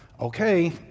Okay